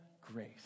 grace